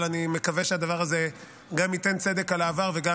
אבל אני מקווה שהדבר הזה גם ייתן צדק על העבר וגם